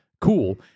cool